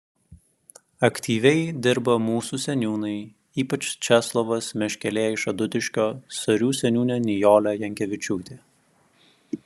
aktyviai dirba mūsų seniūnai ypač česlovas meškelė iš adutiškio sarių seniūnė nijolė jankevičiūtė